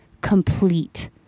complete